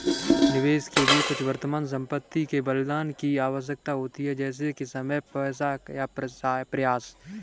निवेश के लिए कुछ वर्तमान संपत्ति के बलिदान की आवश्यकता होती है जैसे कि समय पैसा या प्रयास